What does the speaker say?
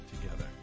together